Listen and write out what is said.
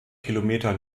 kilometer